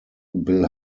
bill